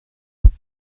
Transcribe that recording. faire